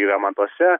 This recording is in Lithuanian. ir amatuose